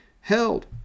held